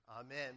Amen